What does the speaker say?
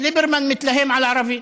ליברמן מתלהם על הערבים